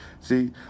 see